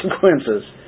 consequences